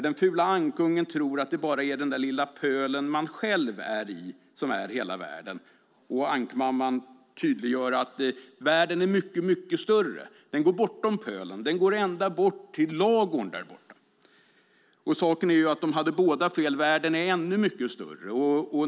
Den fula ankungen tror att det bara är den lilla pölen där man själv är som är världen, och andmamman tydliggör att världen är mycket, mycket större: Den går bortom pölen, ända bort till ladugården där borta. Saken är ju den att de båda hade fel. Världen är ännu mycket större.